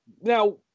Now